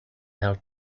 held